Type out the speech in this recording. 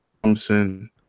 Thompson